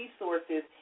resources